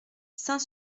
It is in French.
saint